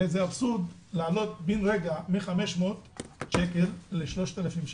הרי זה אבסורד להעלות בן רגע מ-500 שקל ל-3,000 שקל.